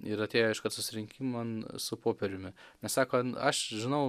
ir atėjo iškart susirinkiman su popieriumi nes sako aš žinau